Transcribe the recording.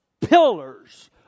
pillars